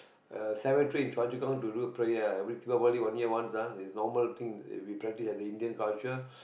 uh cemetery in Choa-Chu-Kang to do prayer ah every Deepavali one year once ah is a normal thing we practice as Indian culture